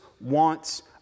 wants